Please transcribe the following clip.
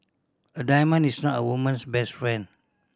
a diamond is not a woman's best friend